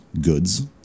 goods